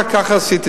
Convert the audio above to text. ככה עשיתי.